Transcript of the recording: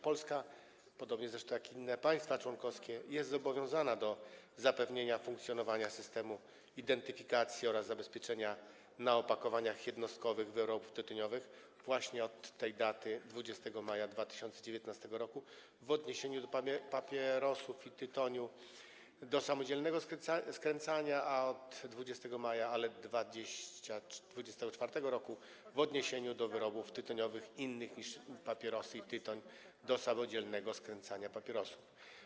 Polska, podobnie zresztą jak inne państwa członkowskie, jest zobowiązana do zapewnienia funkcjonowania systemu identyfikacji oraz stosowania zabezpieczenia na opakowaniach jednostkowych wyrobów tytoniowych właśnie od dnia 20 maja 2019 r. w odniesieniu do papierosów i tytoniu do samodzielnego skręcania, a także od 20 maja 2024 r. w odniesieniu do wyrobów tytoniowych innych niż papierosy i tytoń do samodzielnego skręcania papierosów.